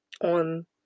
on